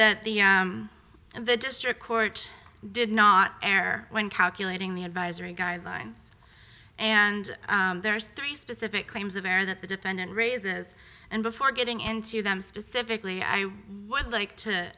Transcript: that the and the district court did not air when calculating the advisory guidelines and there are three specific claims of error that the defendant raises and before getting into them specifically i was like to